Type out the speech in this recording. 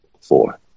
four